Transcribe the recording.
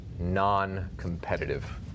non-competitive